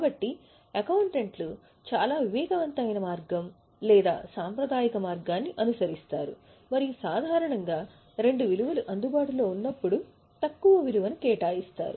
కాబట్టి అకౌంటెంట్లు చాలా వివేకవంతమైన మార్గం లేదా సాంప్రదాయిక మార్గాన్ని అనుసరిస్తారు మరియు సాధారణంగా రెండు విలువలు అందుబాటులో ఉన్నప్పుడు తక్కువ విలువను కేటాయిస్తారు